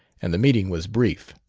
and the meeting was brief.